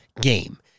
game